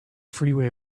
freeway